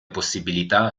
possibilità